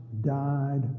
died